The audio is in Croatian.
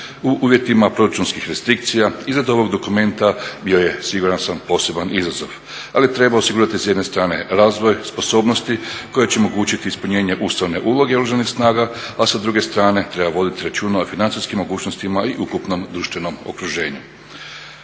U uvjetima proračunskih restrikcija izrada ovog dokumenta bio je siguran sam poseban izazov. Ali treba osigurati s jedne strane razvoj sposobnosti koje će omogućiti ispunjenje ustavne uloge Oružanih snaga, a sa druge strane treba voditi računa o financijskim mogućnostima i ukupnom društvenom okruženju.